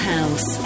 House